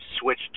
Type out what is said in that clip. switch